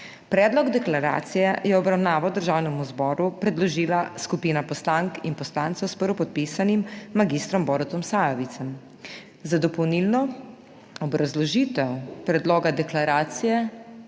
Predlog deklaracije je v obravnavo Državnemu zboru predložila skupina poslank in poslancev s prvopodpisanim mag. Borutom Sajovicem. Za dopolnilno obrazložitev predloga deklaracije